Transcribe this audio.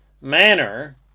manner